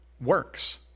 works